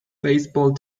baseball